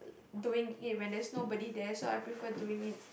doing it when there's nobody there